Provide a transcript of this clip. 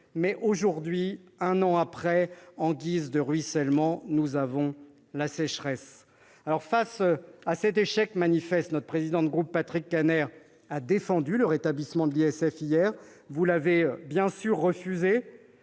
mais aujourd'hui, un an après, en guise de ruissellement nous avons la sécheresse ! Face à cet échec manifeste, le président de notre groupe, Patrick Kanner, a défendu hier le rétablissement de l'ISF. Vous l'avez bien sûr refusé,